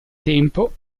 tempo